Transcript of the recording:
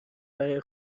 برای